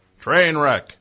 Trainwreck